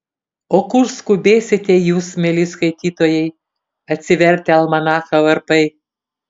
o kur skubėsite jūs mieli skaitytojai atsivertę almanachą varpai